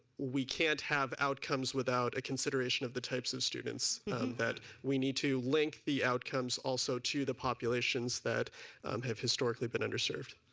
we can't have outcomes without consideration of the types of students that we need to link the outcomes also to the populations that have historically been under served